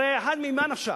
הרי ממה נפשך?